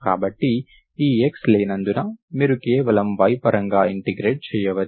కాబట్టి ఈ x లేనందున మీరు కేవలం y పరంగా ఇంటిగ్రేట్ చెయ్యవచ్చు